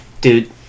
Dude